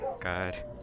God